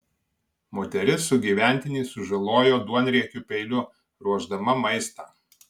moteris sugyventinį sužalojo duonriekiu peiliu ruošdama maistą